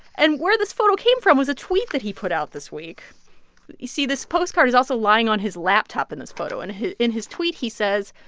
and where this photo came from was a tweet that he put out this week. you see, this postcard is also lying on his laptop in this photo. and in his tweet, he says,